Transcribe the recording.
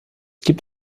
gibt